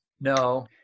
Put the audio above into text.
no